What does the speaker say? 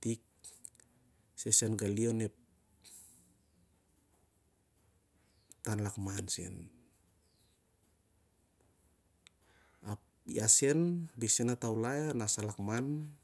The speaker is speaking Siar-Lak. tik i toulai sai sen gtali onep tan lakman sen. Ap ia sen bisen a taulai ana san lakman-